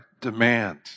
demand